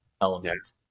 element